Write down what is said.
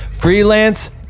freelance